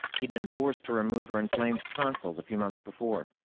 he'd been forced to remove her inflamed tonsils a few months before.